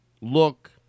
look